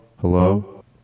Hello